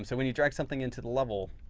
um so when you drag something into the level